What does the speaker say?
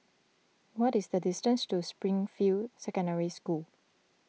what is the distance to Springfield Secondary School